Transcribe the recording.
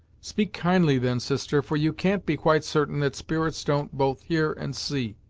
speak kindly then, sister, for you can't be quite certain that spirits don't both hear and see.